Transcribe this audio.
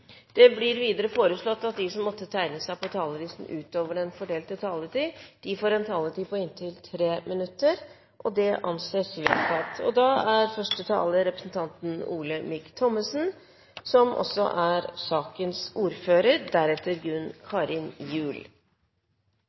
Videre blir det foreslått at de som måtte tegne seg på talerlisten utover den fordelte taletid, får en taletid på inntil 3 minutter. – Det anses vedtatt. Stortinget har, slik jeg kjenner til, vedtatt eller gjort endringer i 174 lover som